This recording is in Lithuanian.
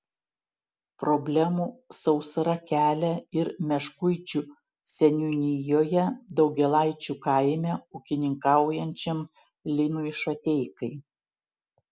problemų sausra kelia ir meškuičių seniūnijoje daugėlaičių kaime ūkininkaujančiam linui šateikai